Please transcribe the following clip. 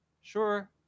sure